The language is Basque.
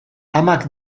amak